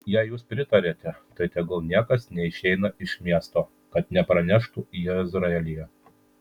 jei jūs pritariate tai tegul niekas neišeina iš miesto kad nepraneštų jezreelyje